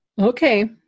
Okay